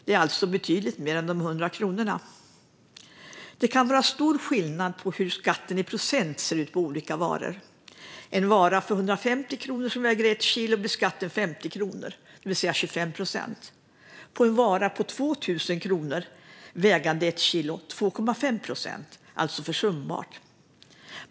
Det är alltså betydligt mer än de 100 kronorna. Det kan vara stor skillnad på skatten i procent mellan olika varor. För en vara för 150 kronor som väger ett kilo blir skatten 50 kronor, det vill säga 25 procent. För en vara för 2 000 kronor som väger ett kilo blir skatten 2,5 procent, alltså försumbar.